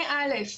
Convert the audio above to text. מ-א',